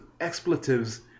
expletives